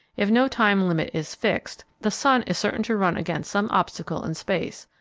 if no time limit is fixed, the sun is certain to run against some obstacle in space,